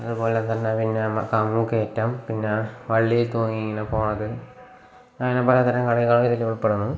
അതുപോലെത്തന്നെ പിന്നെ കവുങ്ങ് കയറ്റം പിന്നെ വള്ളിയിൽ തൂങ്ങി ഇങ്ങനെ പോവുന്നത് അങ്ങനെ പലതരം കളികൾ ഇതിലുൾപ്പെടുന്നു